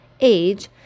age